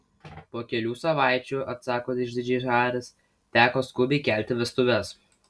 po kelių savaičių atsako išdidžiai haris teko skubiai kelti vestuves